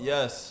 Yes